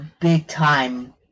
big-time